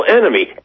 enemy